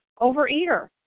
overeater